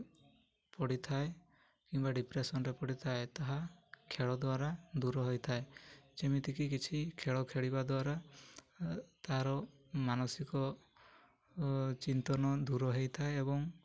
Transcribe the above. ପଡ଼ିଥାଏ ଡିପ୍ରେସନ୍ ପଡ଼ିଥାଏ ତାହା ଖେଳ ଦ୍ଵାରା ଦୂର ହୋଇଥାଏ ଯେମିତିକି ଖେଳ ଖେଳିବା ଦ୍ୱାରା ତା'ର ମାନସିକ ଚିନ୍ତନ ଦୂର ହେଇଥାଏ ଏବଂ